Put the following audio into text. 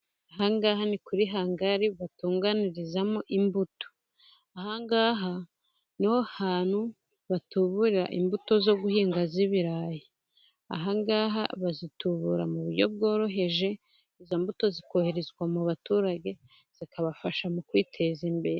Aha ngaha ni kuri hangari batunganyirizamo imbuto, aha ngaha niho hantu batuburira imbuto zo guhinga z'ibirayi, ahangaha bazitubura mu buryo bworoheje, izo mbuto zikoherezwa mu baturage, zikabafasha mu kwiteza imbere.